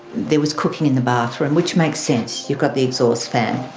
there was cooking in the bathroom, which makes sense, you've got the exhaust fan.